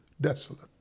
desolate